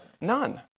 None